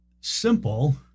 simple